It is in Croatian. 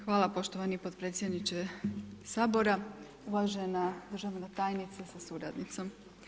Hvala poštovani potpredsjedniče Sabora, uvažena državna tajnice sa suradnicom.